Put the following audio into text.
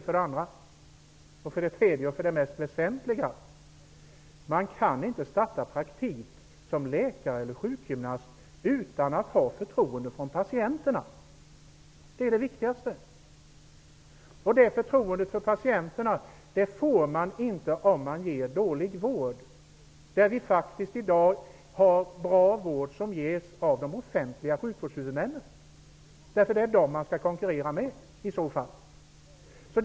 För det tredje kan man inte starta praktik som läkare eller sjukgymnast utan att ha förtroende hos patienterna. Det är det viktigaste. Det förtroendet får man inte om man ger dålig vård. I dag ger faktiskt de offentliga sjukvårdshuvudmännen bra vård, och det är med dem som man i så fall skall konkurrera.